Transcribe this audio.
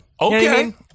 okay